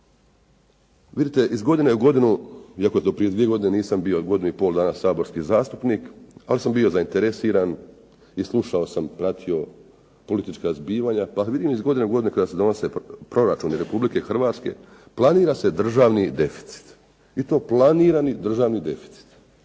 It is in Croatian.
Vidite, iz godine u godinu iako to prije dvije godine nisam bio, godinu i pol dana saborski zastupnik ali sam bio zainteresiran i slušao sam, pratio politička zbivanja pa vidim iz godine u godinu kada se donose proračuni Republike Hrvatske, planira se državni deficit, i to planirani državni deficit.